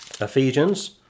Ephesians